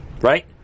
Right